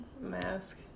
mask